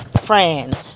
friend